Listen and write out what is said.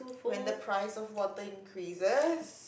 when the price of water increases